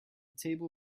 table